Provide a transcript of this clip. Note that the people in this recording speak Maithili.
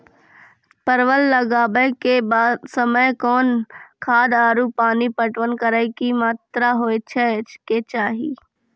परवल लगाबै के समय कौन खाद आरु पानी पटवन करै के कि मात्रा होय केचाही?